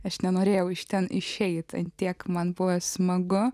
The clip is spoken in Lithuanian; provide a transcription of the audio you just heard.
aš nenorėjau iš ten išeiti tiek man buvo smagu